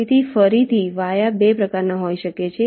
તેથી ફરીથી વાયા 2 પ્રકારના હોઈ શકે છે